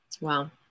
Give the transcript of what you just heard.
Wow